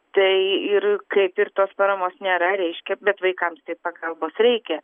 tai ir kaip ir tos paramos nėra reiškia bet vaikams tai pagalbos reikia